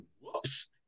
whoops